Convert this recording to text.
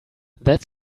that